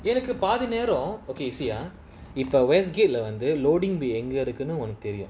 எனக்குபாதிநேரம்:enaku pathi neram okay see ah if err west gate under loading எங்கஇருக்குனுஉனக்குதெரியும்:enga irukunu unaku therium